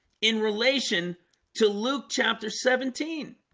in relation to luke chapter seventeen